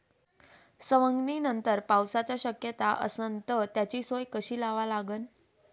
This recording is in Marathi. सवंगनीनंतर पावसाची शक्यता असन त त्याची सोय कशी लावा लागन?